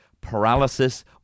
paralysis